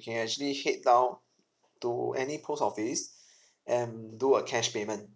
can actually head down to any post office and do a cash payment